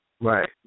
Right